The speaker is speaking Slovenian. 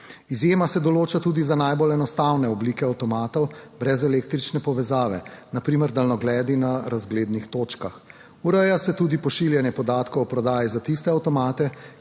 Izjema se določa tudi za najbolj enostavne oblike avtomatov brez električne povezave na primer daljnogledi na razglednih točkah. Ureja se tudi pošiljanje podatkov o prodaji za tiste avtomate,